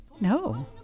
No